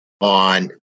on